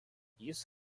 jis